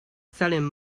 salim